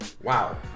Wow